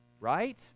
Right